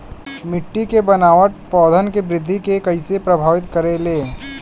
मिट्टी के बनावट पौधन के वृद्धि के कइसे प्रभावित करे ले?